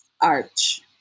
arch